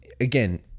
again